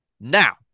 Now